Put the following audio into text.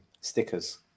stickers